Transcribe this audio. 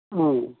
ꯎꯝ